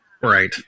Right